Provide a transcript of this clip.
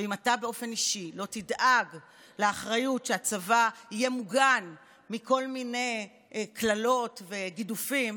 ואם אתה באופן אישי לא תדאג שהצבא יהיה מוגן מכל מיני קללות וגידופים,